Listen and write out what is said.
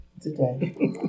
Today